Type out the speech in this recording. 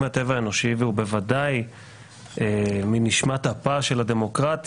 שגיאה קשה מאוד ואני אומר זאת בכל הזדמנות.